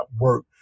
work